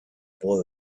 boy